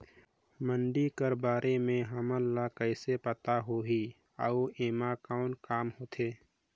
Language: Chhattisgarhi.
मंडी कर बारे म हमन ला कइसे पता होही अउ एमा कौन काम होथे?